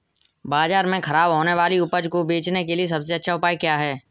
बाजार में खराब होने वाली उपज को बेचने के लिए सबसे अच्छा उपाय क्या है?